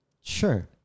Sure